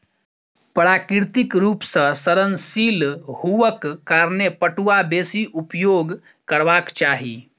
प्राकृतिक रूप सॅ सड़नशील हुअक कारणें पटुआ बेसी उपयोग करबाक चाही